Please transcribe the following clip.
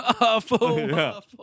awful